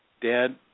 Dad